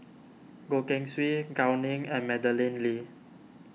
Goh Keng Swee Gao Ning and Madeleine Lee